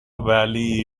valley